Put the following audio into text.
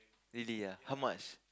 really ah how much